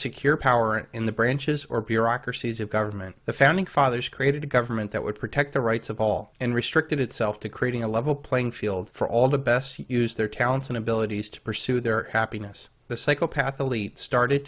secure power and in the branches or bureaucracies of government the founding fathers created a government that would protect the rights of all and restricted itself to creating a level playing field for all the best use their talents and abilities to pursue their happiness the psychopathically started